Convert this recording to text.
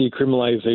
decriminalization